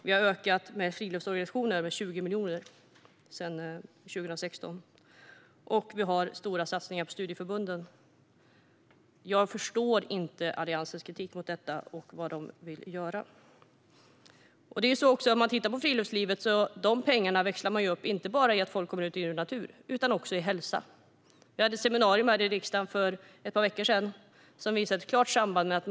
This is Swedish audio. Vi har ökat pengarna till friluftsorganisationer med över 20 miljoner sedan 2016, och vi har stora satsningar på studieförbunden. Jag förstår inte Alliansens kritik mot detta och vad de vill göra. Om man tittar på friluftslivet växlar man upp de pengarna inte bara i att människor kommer ut och ser djur och natur utan också i hälsa. Vi hade ett seminarium här i riksdagen för ett par veckor sedan som visade på ett klart samband.